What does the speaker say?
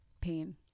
pain